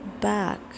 back